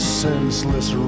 senseless